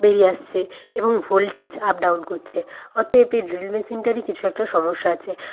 বেরিয়ে আসছে এবং ভোল্টেজ আপ ডাউন করছে অতএব এই ড্রিল মেশিনটারই কিছু একটা সমস্যা আছে